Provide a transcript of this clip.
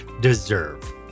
deserve